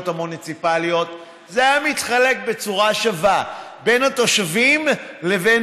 המוניציפליות זה היה מתחלק בצורה שווה בין התושבים לבין